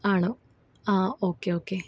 ആണോ ആ ഒക്കെ ഒക്കെ